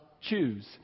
choose